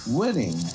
winning